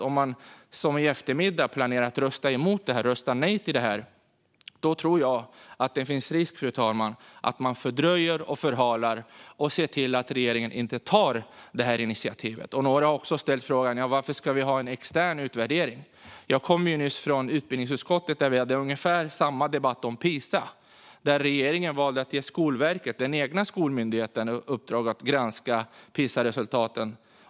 Om man i eftermiddag planerar att rösta nej till förslaget finns risk för en fördröjning och förhalning så att regeringen inte tar initiativet. Några har frågat varför det ska ske en extern utvärdering. Jag var tidigare i utbildningsutskottet, och där hade vi ungefär samma debatt om Pisa. Regeringen valde att ge Skolverket, den egna skolmyndigheten, i uppdrag att granska Pisaresultaten.